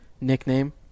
nickname